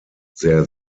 sehr